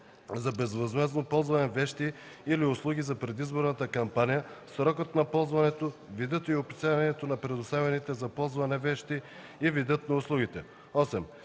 за безвъзмездно ползване вещи или услуги за предизборната кампания, срокът на ползването, видът и описанието на предоставените за ползване вещи и видът на услугите;